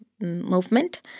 movement